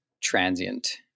transient